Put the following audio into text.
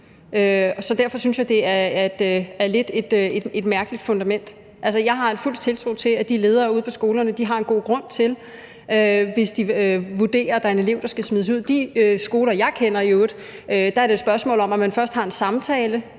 Så derfor synes jeg, at det lidt er et mærkeligt fundament. Altså, jeg har fuld tiltro til, at de ledere ude på skolerne har en god grund, hvis de vurderer, at der er en elev, der skal smides ud. På de skoler, jeg i øvrigt kender, er det et spørgsmål om, at man først har en samtale